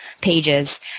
pages